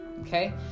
okay